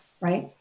right